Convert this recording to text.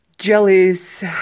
Jellies